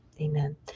amen